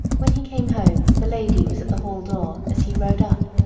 when he came home the lady was at the hall door as he rode up.